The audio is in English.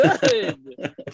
good